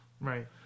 Right